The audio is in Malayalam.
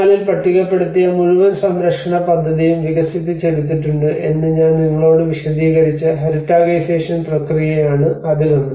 1984 ൽ പട്ടികപ്പെടുത്തിയ മുഴുവൻ സംരക്ഷണ പദ്ധതിയും വികസിപ്പിച്ചെടുത്തിട്ടുണ്ട് എന്ന് ഞാൻ നിങ്ങളോട് വിശദീകരിച്ച ഹെറിറ്റാഗൈസേഷൻ പ്രക്രിയയാണ് അതിലൊന്ന്